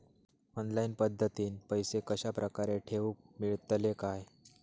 Online पद्धतीन पैसे कश्या प्रकारे ठेऊक मेळतले काय?